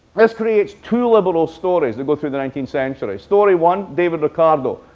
this creates two liberal stories that go through the nineteenth century. story one, david ricardo.